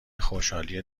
خوشحالی